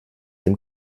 dem